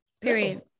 period